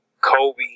Kobe